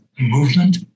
movement